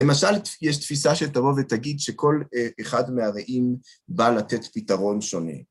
למשל, יש תפיסה שתבוא ותגיד שכל אחד מהרעים בא לתת פתרון שונה.